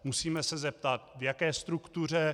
Musíme se zeptat, v jaké struktuře.